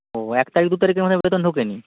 ও এক তারিখ দু তারিখের মধ্যে বেতন ঢোকেনি